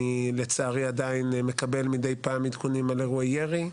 לצערי אני מקבל מדי פעם עדכונים על אירועי ירי.